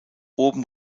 oben